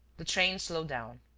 the train slowed down.